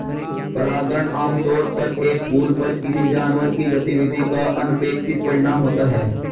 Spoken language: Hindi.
परागण आमतौर पर एक फूल पर किसी जानवर की गतिविधि का अनपेक्षित परिणाम होता है